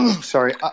Sorry